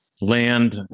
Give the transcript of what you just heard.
land